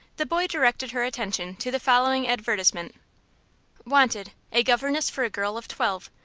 the boy directed her attention to the following advertisement wanted a governess for a girl of twelve.